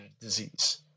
disease